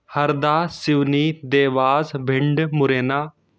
Harda Seoni Dewas Bhind Morena